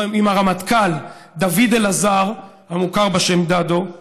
עם הרמטכ"ל דוד אלעזר, המוכר בשם דדו,